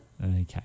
Okay